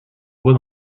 voit